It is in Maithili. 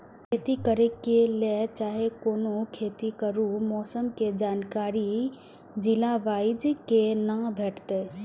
खेती करे के लेल चाहै कोनो खेती करू मौसम के जानकारी जिला वाईज के ना भेटेत?